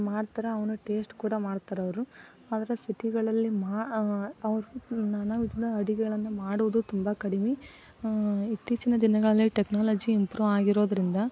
ಮಾಡ್ತಾರೆ ಅವನ್ನು ಟೇಸ್ಟ್ ಕೂಡ ಮಾಡ್ತಾರವರು ಆದರೆ ಸಿಟಿಗಳಲ್ಲಿ ಮಾ ಅವರು ನಾನಾ ವಿಧದ ಅಡುಗೆಗಳನ್ನು ಮಾಡುವುದು ತುಂಬ ಕಡಿಮೆ ಇತ್ತೀಚಿನ ದಿನಗಳಲ್ಲಿ ಟೆಕ್ನಾಲಜಿ ಇಂಪ್ರೂವ್ ಆಗಿರೋದರಿಂದ